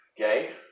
Okay